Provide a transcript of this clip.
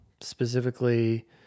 specifically